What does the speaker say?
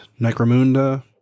Necromunda